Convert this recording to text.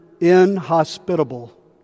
inhospitable